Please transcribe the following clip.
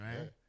right